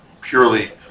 purely